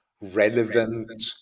relevant